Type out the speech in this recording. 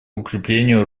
укреплению